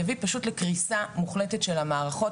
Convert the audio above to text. יביא פשוט לקריסה מוחלטת של המערכות,